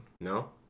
no